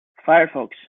firefox